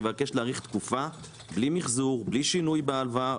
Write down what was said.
יבקש להאריך תקופה בלי מיחזור בלי שינוי בהלוואה,